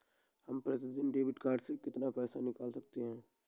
हम प्रतिदिन debit card से कितना पैसा निकाल सकते हैं?